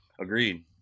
Agreed